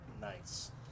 Nice